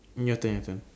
your turn your turn